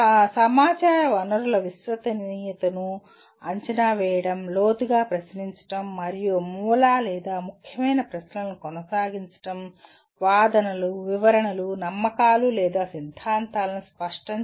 సమాచార వనరుల విశ్వసనీయతను అంచనా వేయడం లోతుగా ప్రశ్నించడం మరియు మూల లేదా ముఖ్యమైన ప్రశ్నలను కొనసాగించడం వాదనలు వివరణలు నమ్మకాలు లేదా సిద్ధాంతాలను స్పష్టం చేయడం